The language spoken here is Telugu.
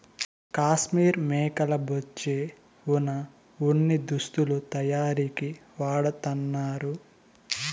కాశ్మీర్ మేకల బొచ్చే వున ఉన్ని దుస్తులు తయారీకి వాడతన్నారు